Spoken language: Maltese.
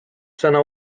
sena